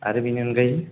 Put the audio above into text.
आरो बेनि अनगायै